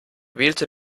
wählte